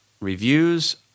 reviews